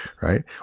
Right